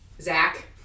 Zach